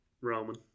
Roman